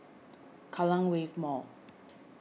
Kallang Wave Mall